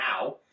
now